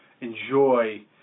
enjoy